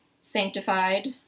sanctified